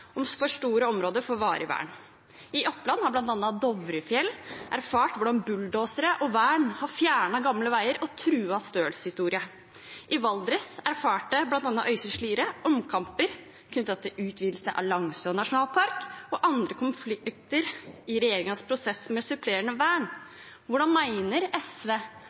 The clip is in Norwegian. om for store områder får varig vern. I Oppland har bl.a. Dovrefjell erfart hvordan bulldosere og vern har fjernet gamle veier og truet stølshistorie. I Valdres erfarte bl.a. Øystre Slidre omkamper knyttet til utvidelse av Langsua nasjonalpark, og andre konflikter i regjeringens prosess med supplerende vern. Hvordan mener SV